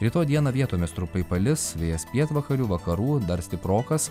rytoj dieną vietomis trumpai palis vėjas pietvakarių vakarų dar stiprokas